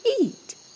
eat